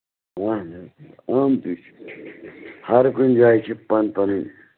اَہَن حظ آمتُے چھُ ہَر کُنہِ جایہِ چھِ پَنٕنۍ پَنٕنۍ